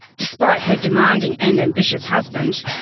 despite her demanding and ambitious husband,